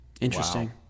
Interesting